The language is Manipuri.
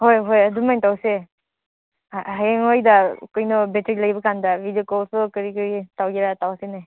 ꯍꯣꯏ ꯍꯣꯏ ꯑꯗꯨꯃꯥꯏꯅ ꯇꯧꯁꯦ ꯍꯌꯦꯡꯋꯥꯏꯗ ꯀꯩꯅꯣ ꯕꯦꯇ꯭ꯔꯤ ꯂꯩꯕꯀꯥꯟꯗ ꯕꯤꯗꯤꯑꯣ ꯀꯣꯜꯁꯨ ꯀꯔꯤ ꯀꯔꯤ ꯇꯧꯒꯦꯔ ꯇꯧꯁꯤꯅꯦ